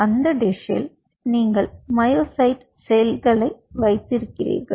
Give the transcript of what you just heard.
அந்த டிஷ்ஷில் நீங்கள் மயோசைட் செல்களை வைத்திருக்கிறது